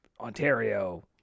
Ontario